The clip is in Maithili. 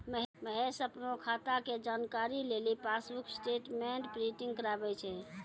महेश अपनो खाता के जानकारी लेली पासबुक स्टेटमेंट प्रिंटिंग कराबै छै